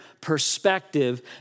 perspective